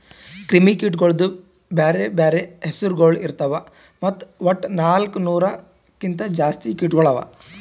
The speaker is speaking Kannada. ಕ್ರಿಮಿ ಕೀಟಗೊಳ್ದು ಬ್ಯಾರೆ ಬ್ಯಾರೆ ಹೆಸುರಗೊಳ್ ಇರ್ತಾವ್ ಮತ್ತ ವಟ್ಟ ನಾಲ್ಕು ನೂರು ಕಿಂತ್ ಜಾಸ್ತಿ ಕೀಟಗೊಳ್ ಅವಾ